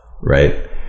right